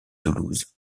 toulouse